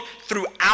throughout